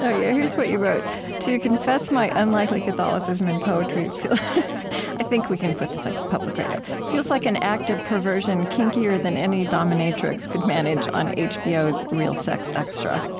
ah yeah, here's what you wrote to confess my unlikely catholicism in poetry feels i think we can put this on public radio feels like an act of perversion kinkier than any dominatrix could manage on hbo's real sex extra.